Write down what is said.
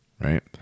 right